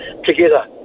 together